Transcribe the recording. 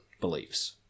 beliefs